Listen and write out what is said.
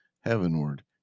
heavenward